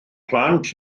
plant